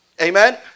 Amen